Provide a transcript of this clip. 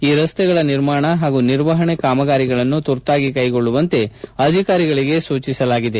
ಈ ರಸ್ತೆಗಳ ನಿರ್ಮಾಣ ಹಾಗೂ ನಿರ್ವಹಣೆ ಕಾಮಗಾರಿಗಳನ್ನು ತುರ್ತಾಗಿ ಕೈಗೊಳ್ಳುವಂತೆ ಅಧಿಕಾರಿಗಳಿಗೆ ಸೂಚಿಸಲಾಗಿದೆ